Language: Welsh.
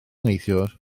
neithiwr